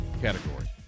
category